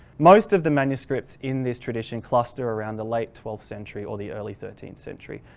most of the manuscripts in this tradition cluster around the late twelfth century or the early thirteenth century.